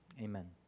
Amen